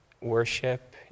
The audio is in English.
worship